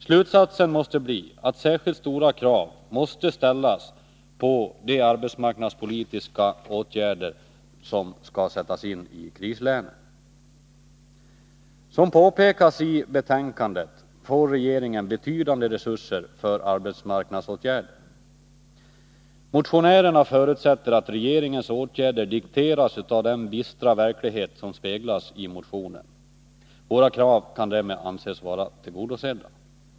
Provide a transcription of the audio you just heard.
Slutsatsen måste bli att särskilt stora krav måste ställas på de arbetsmarknadspolitiska åtgärder som skall sättas in i krislänen. Som det påpekas i betänkandet, får regeringen betydande resurser för arbetsmarknadsåtgärder. Motionärerna förutsätter att regeringens åtgärder dikteras av den bistra verklighet som speglas i motionen. Våra krav kan därför anses tillgodosedda.